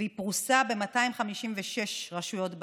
והיא פרוסה ב-256 רשויות בארץ,